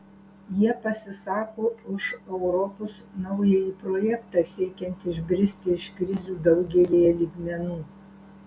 jie pasisako už europos naująjį projektą siekiant išbristi iš krizių daugelyje lygmenų